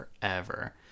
forever